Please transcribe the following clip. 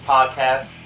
Podcast